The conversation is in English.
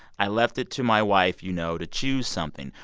i left it to my wife, you know, to choose something.